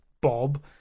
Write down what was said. bob